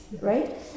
right